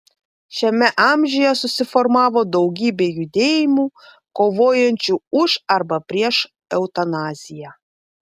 šiame amžiuje susiformavo daugybė judėjimų kovojančių už arba prieš eutanaziją